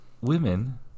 women